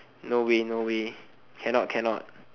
no way no way cannot cannot